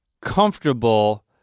comfortable